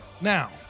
Now